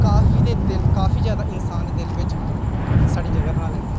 काफी ते दिल काफी ज्यादा इंसान दिल बिच्च साढ़ी जगह बना लैनी